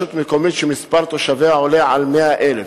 מקומית שמספר תושביה גדול מ-100,000,